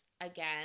again